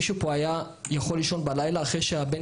מישהו פה היה יכול לישון בלילה אחרי שהבן